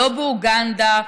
לא באוגנדה,